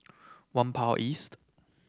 Whampoa East